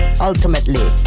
ultimately